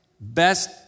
best